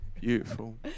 Beautiful